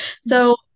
So-